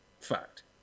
fact